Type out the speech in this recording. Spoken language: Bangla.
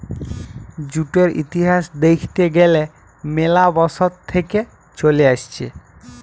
জুটের ইতিহাস দ্যাখতে গ্যালে ম্যালা বসর থেক্যে চলে আসছে